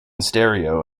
stereo